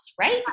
right